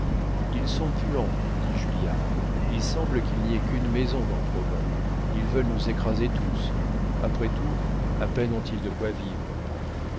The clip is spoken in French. ils sont puants dit julliard il semble qu'il n'y ait qu'une maison dans provins ils veulent nous écraser tous après tout à peine ont-ils de quoi vivre